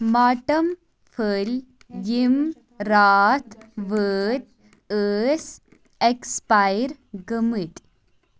mortem پھٔلۍ یِم راتھ وٲتۍ ٲسۍ ایٚکٕسپایر گٔمٕتۍ